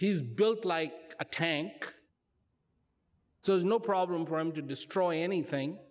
he's built like a tank so there's no problem for him to destroy anything